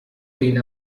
clean